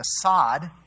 Assad